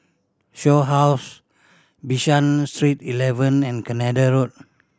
Shaw House Bishan Street Eleven and Canada Road